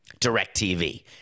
DirecTV